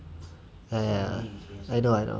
err I know I know